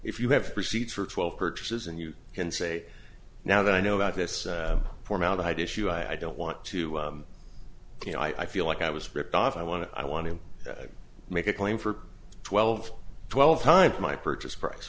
if you have receipts for twelve purchases and you can say now that i know that this formaldehyde issue i don't want to you know i feel like i was ripped off i want to i want to make a claim for twelve twelve times my purchase price